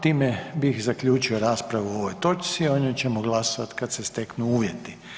Time bih zaključio raspravu o ovoj točci, o njoj ćemo glasat kada se steknu uvjeti.